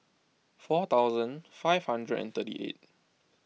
four thousand five hunderd thirty eight